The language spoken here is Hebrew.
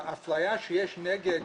האפליה שיש נגד